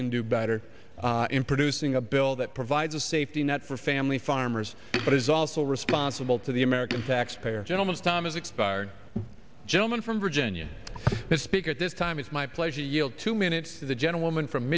can do better in producing a bill that provides a safety net for family farmers but is also responsible to the american taxpayer gentleman's time has expired gentleman from virginia the speaker at this time it's my pleasure to yield two minutes to the gentlewoman from